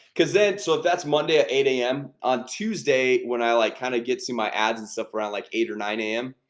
cuz then so if that's monday at eight zero a m. on tuesday when i like kind of gets you my ads and stuff around like eight or nine a m.